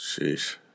sheesh